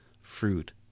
fruit